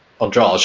Andrade